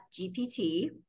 gpt